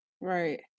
right